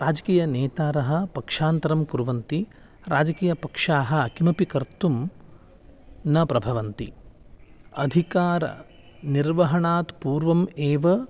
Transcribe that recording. राजकीय नेतारः पक्षान्तरं कुर्वन्ति राजकीयपक्षाः किमपि कर्तुं न प्रभवन्ति अधिकार निर्वहणात् पूर्वम् एव